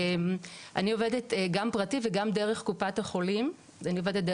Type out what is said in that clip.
אני עובדת גם פרטי וגם דרך קופת חולים מכבי,